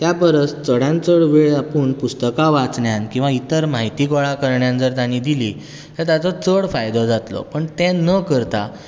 त्या परस चडांत चड वेळ आपूण पुस्तकां वाचण्यांत किंवा इतर म्हायती गोळा करण्यांत जर ताणें दिलो तर ताचो चड फायदो जातलो पण तें न करता